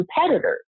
competitors